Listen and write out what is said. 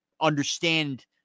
understand